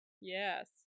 Yes